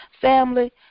Family